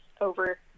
over